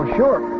sure